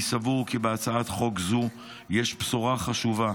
אני סבור כי בהצעת חוק זו יש בשורה חשובה,